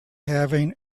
having